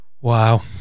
wow